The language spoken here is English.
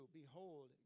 behold